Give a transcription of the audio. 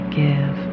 give